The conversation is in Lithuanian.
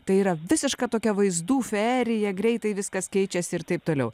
tai yra visiška tokia vaizdų fejerija greitai viskas keičiasi ir taip toliau